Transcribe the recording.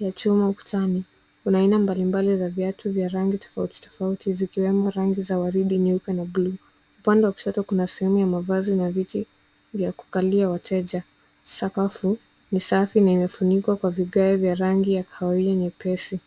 ya chuma ukutani. Kuna eneo mbalimbali za viatu vya rangi tofauti tofauti zikiwemo rangi za waridi, nyeupe na blue .Upande wa kushoto kuna sehemu ya mavazi yenye viti vya kukalia wateja. Sakafu ni safi na imefunikwa kwa vigae vya rangi ya kahawia nyepesi.